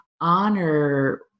honor